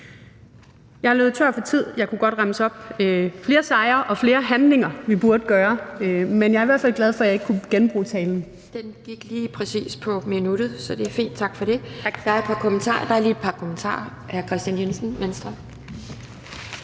Jeg er løbet tør for tid; jeg kunne godt remse flere sejre og flere handlinger, vi burde gøre, op, men jeg er i hvert fald glad for, at jeg ikke kunne genbruge en tale. Kl. 15:19 Anden næstformand (Pia Kjærsgaard): Den gik lige præcis på minuttet, så det er fint. Tak for det. Der er lige et par kommentarer.